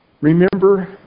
Remember